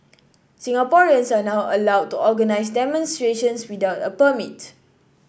Singaporeans are now allowed to organise demonstrations without a permit